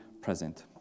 present